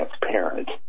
transparent